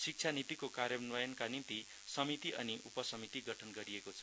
शिक्षा नीतिको कार्यान्वयनका निम्ति समिति अनि उपसमिति गठन गरिएकोछ